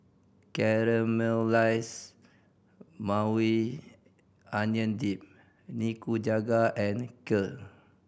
Caramelize Maui Onion Dip Nikujaga and Kheer